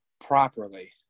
properly